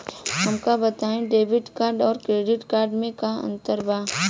हमका बताई debit card और क्रेडिट कार्ड में का अंतर बा?